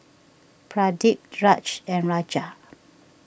Pradip Raj and Raja